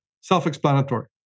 Self-explanatory